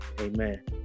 Amen